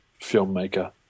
filmmaker